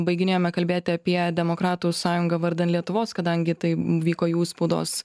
baiginėjame kalbėti apie demokratų sąjungą vardan lietuvos kadangi tai vyko jų spaudos